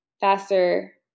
faster